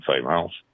females